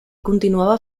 continuava